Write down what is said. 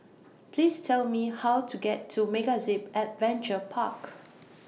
Please Tell Me How to get to MegaZip Adventure Park